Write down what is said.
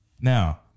Now